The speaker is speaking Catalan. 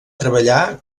treballar